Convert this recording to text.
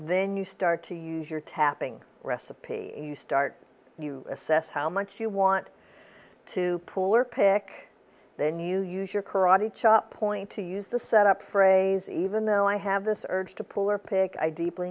then you start to use your tapping recipe you start you assess how much you want to pull or pick then you use your karate chop point to use the set up phrase even though i have this urge to pull or pick i deeply